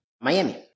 Miami